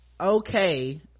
okay